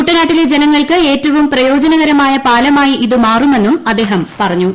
കുട്ടനാട്ടിലെ ജനങ്ങൾക്ക് ഏറ്റവും പ്രയോജനകരമായ പാലമായിമാറു മെന്ന് മന്ത്രി പറഞ്ഞു